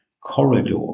corridor